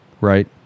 Right